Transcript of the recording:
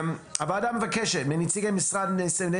הוועדה מבקשת מנציגי משרדי